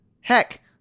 Heck